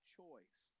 choice